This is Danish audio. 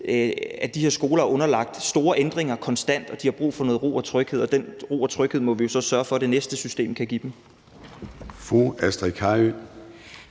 at de her skoler konstant er underlagt store ændringer, og at de har brug for noget ro og tryghed. Den ro og tryghed må vi jo så sørge for at det næste system kan give dem.